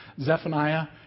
Zephaniah